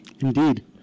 Indeed